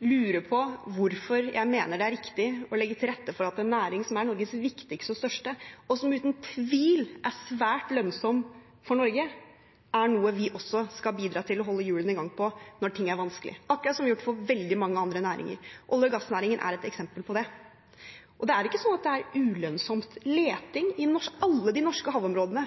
lurer på hvorfor jeg mener det er riktig å legge til rette for at en næring som er Norges viktigste og største – og som uten tvil er svært lønnsom for Norge – er noe vi også skal bidra til å holde hjulene i gang på når ting er vanskelige, akkurat som vi har gjort for veldig mange andre næringer. Olje- og gassnæringen er et eksempel på dette. Og det er ikke sånn at det er ulønnsomt: Leting i alle de norske havområdene